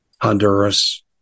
Honduras